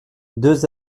deux